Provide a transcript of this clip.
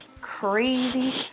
crazy